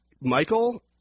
Michael